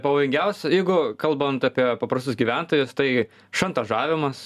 pavojingiausia jeigu kalbant apie paprastus gyventojus tai šantažavimas